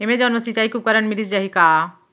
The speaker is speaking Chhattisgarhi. एमेजॉन मा सिंचाई के उपकरण मिलिस जाही का?